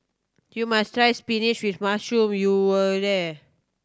you must try spinach with mushroom when you are here